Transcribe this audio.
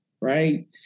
right